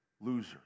Loser